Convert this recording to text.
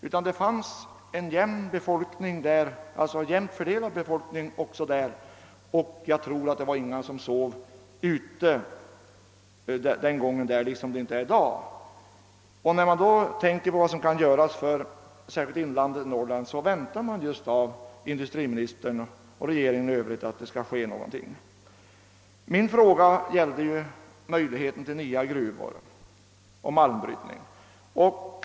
Där fanns en jämnt fördelad befolkning, och jag tror inte att det fanns någon som sov ute där. När man tänker på vad som kan göras särskilt i Norrlands inland väntar man att industriministern och regeringen skall göra något. Min fråga gällde möjligheten till nya gruvor och malmbrytning.